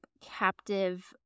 Captive